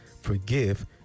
forgive